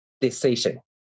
decision